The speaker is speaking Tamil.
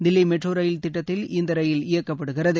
தில்லி மெட்ரோ ரயில் திட்டத்தில் இந்த ரயில் இயக்கப்படுகிறது